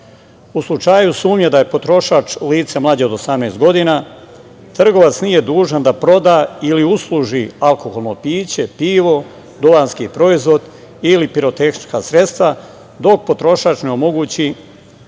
slučaju sumnje da je potrošač lice mlađe od 18 godina, trgovac nije dužan da proda ili usluži alkoholno piće, pivo, duvanski proizvod ili pirotehnička sredstva dok potrošač ne omogući